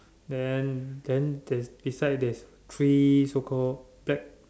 then then there's beside there's three so called black